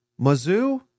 Mizzou